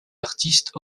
artistes